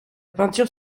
peinture